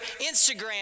Instagram